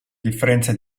differenza